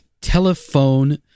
telephone